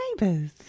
Neighbours